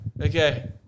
okay